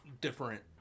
Different